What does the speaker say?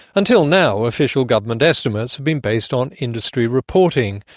until now, official government estimates have been based on industry reporting,